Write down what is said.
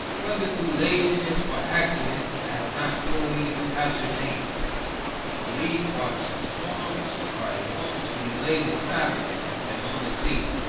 whether through laziness or accident i have not clearly ascertained for in these parts, storms are as wont to delay the traveller as on the sea.